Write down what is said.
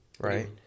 Right